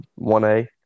1A